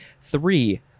three